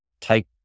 take